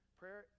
prayer